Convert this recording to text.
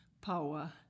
power